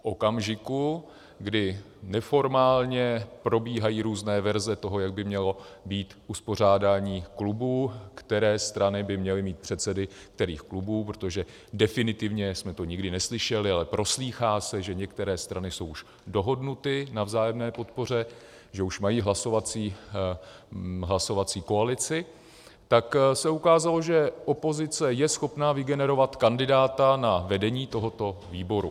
V okamžiku, kdy neformálně probíhají různé verze toho, jak by mělo být uspořádání výborů, které strany by měly mít předsedy kterých výborů, protože definitivně jsme to nikdy neslyšeli, ale proslýchá se, že některé strany jsou už dohodnuty na vzájemné podpoře, že už mají hlasovací koalici, tak se ukázalo, že opozice je schopna vygenerovat kandidáta na vedení tohoto výboru.